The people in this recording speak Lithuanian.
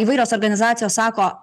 įvairios organizacijos sako